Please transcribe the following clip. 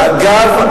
מה אתה אומר,